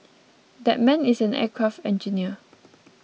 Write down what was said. that man is an aircraft engineer